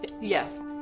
yes